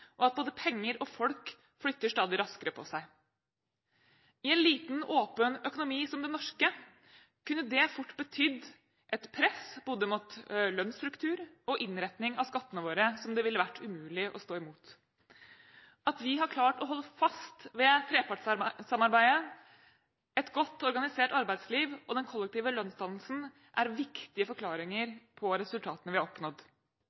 og at både penger og folk flytter stadig raskere på seg. I en liten, åpen økonomi som den norske kunne det fort betydd et press både mot lønnsstruktur og innretning av skattene våre som det ville vært umulig å stå imot. At vi har klart å holde fast ved trepartssamarbeidet, et godt organisert arbeidsliv og den kollektive lønnsdannelsen, er viktige forklaringer på resultatene vi har oppnådd.